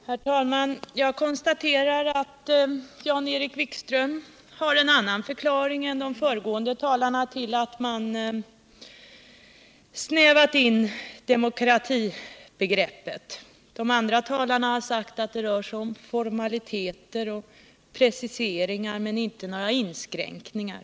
Herr talman Jag konstaterar att Jan-Erik Wikström har en annan förklaring än de föregående talarna till att man snävat in demokratibegreppet. De övriga talarna har sagt att det rör sig om formaliteter och preciseringar men inte några inskränkningar.